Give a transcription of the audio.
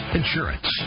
insurance